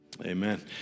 Amen